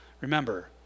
Remember